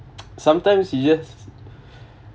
sometime it just